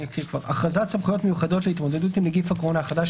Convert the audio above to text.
הכרזת סמכויות מיוחדות להתמודדות עם נגיף הקורונה החדש